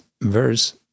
verse